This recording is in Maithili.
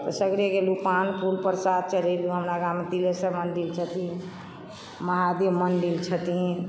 तऽ सगरे गेलु पान फूल प्रसाद चढ़ेलु हमरा गाममे तिलेश्वर मन्दिर छथिन महादेव मन्दिर छथिन